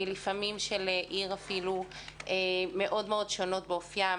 לפעמים של עיר אפילו, מאוד מאוד שונות באופיין.